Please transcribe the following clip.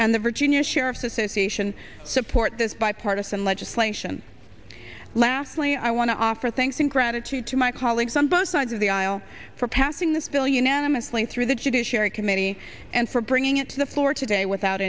and the virginia sheriffs association support this bipartisan legislation lastly i want to offer thanks and gratitude to my colleagues on both sides of the aisle for passing this bill unanimously through the judiciary committee and for bringing it to the floor today without